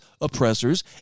oppressors